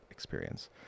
experience